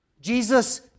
Jesus